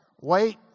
wait